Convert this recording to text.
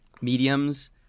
mediums